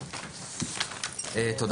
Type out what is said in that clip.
הישיבה ננעלה בשעה 15:10.